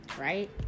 right